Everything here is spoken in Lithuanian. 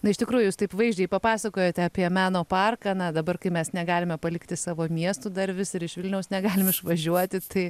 na iš tikrųjų jūs taip vaizdžiai papasakojote apie meno parką na dabar kai mes negalime palikti savo miestų dar vis ir iš vilniaus negalim išvažiuoti tai